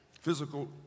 Physical